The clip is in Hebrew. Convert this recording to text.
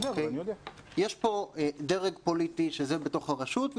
יש פה דרג פוליטי שזה בתוך הרשות,